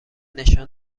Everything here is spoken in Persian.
نشان